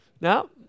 Now